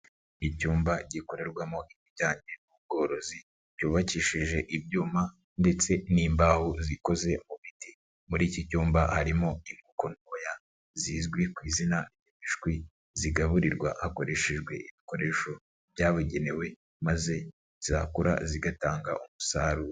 Icyumba gikorerwamo ibijyanye n'ubworozi, cyubakishije ibyuma ndetse n'imbaho zikoze mu biti, muri iki cyumba harimo inkoko ntoya, zizwi ku izina ry'imishwi, zigaburirwa hakoreshejwe ibikoresho byabugenewe maze zikura zigatanga umusaruro.